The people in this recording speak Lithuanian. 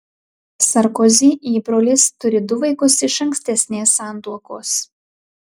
sarkozy įbrolis turi du vaikus iš ankstesnės santuokos